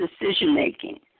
decision-making